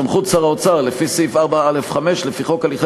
סמכות שר האוצר לפי סעיף 4(א)(5) לפי חוק הליכי